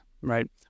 right